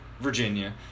Virginia